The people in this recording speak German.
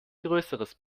größeres